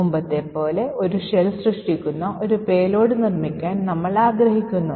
മുമ്പത്തെപ്പോലെ ഒരു ഷെൽ സൃഷ്ടിക്കുന്ന ഒരു പേലോഡ് നിർമ്മിക്കാൻ നമ്മൾ ആഗ്രഹിക്കുന്നു